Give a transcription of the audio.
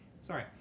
sorry